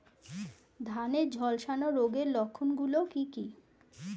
ধানের ঝলসা রোগের লক্ষণগুলি কি কি?